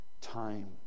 time